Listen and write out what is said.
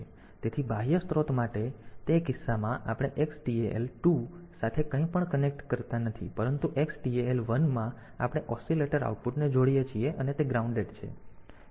તેથી બાહ્ય સ્ત્રોત માટે તે કિસ્સામાં આપણે Xtal 2 સાથે કંઈપણ કનેક્ટ કરતા નથી પરંતુ Xtal 1 માં આપણે ઓસિલેટર આઉટપુટને જોડીએ છીએ અને તે ગ્રાઉન્ડેડ છે